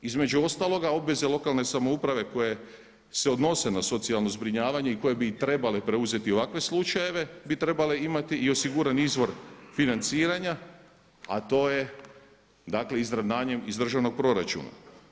Između ostaloga, obveze lokalne samouprave koje se odnose na socijalno zbrinjavanje i koje bi trebale preuzeti ovakve slučajeve bi trebale imati i osiguran izvor financiranja, a to je dakle izravnanjem iz državnog proračuna.